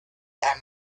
and